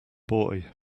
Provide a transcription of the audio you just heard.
boy